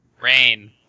Rain